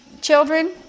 children